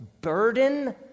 burden